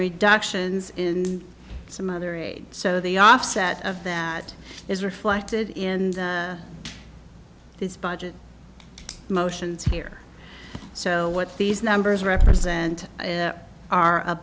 reductions in some other aid so the offset of that is reflected in this budget motions here so what these numbers represent